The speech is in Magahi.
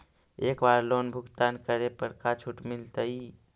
एक बार लोन भुगतान करे पर का छुट मिल तइ?